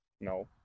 No